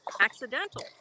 accidental